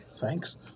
Thanks